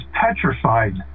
petrified